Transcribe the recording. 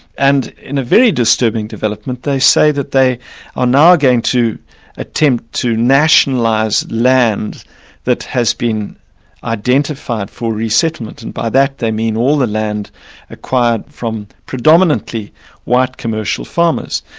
and in a very disturbing development, they say that they are now going to attempt to nationalise land that has been identified for resettlement, and by that they mean all the land acquired from predominantly white commercial farmers.